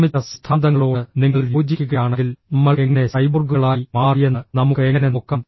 നിർമ്മിച്ച സിദ്ധാന്തങ്ങളോട് നിങ്ങൾ യോജിക്കുകയാണെങ്കിൽ നമ്മൾ എങ്ങനെ സൈബോർഗുകളായി മാറിയെന്ന് നമുക്ക് എങ്ങനെ നോക്കാം